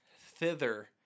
thither